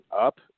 up